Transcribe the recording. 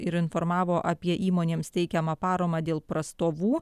ir informavo apie įmonėms teikiamą paramą dėl prastovų